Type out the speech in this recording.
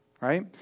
Right